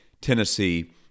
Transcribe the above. Tennessee